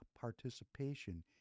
participation